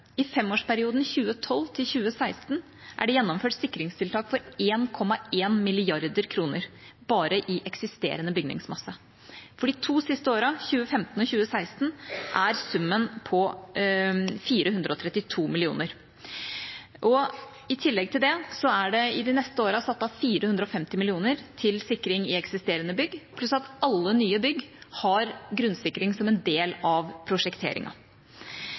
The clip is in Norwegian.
I femårsperioden 2012–2016 er det gjennomført sikringstiltak for 1,1 mrd. kr bare i eksisterende bygningsmasse. For de to siste årene, 2015–2016, er summen på 432 mill. kr. I tillegg til det er det de neste årene satt av 450 mill. kr til sikring i eksisterende bygg, pluss at alle nye bygg har grunnsikring som en del av